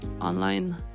online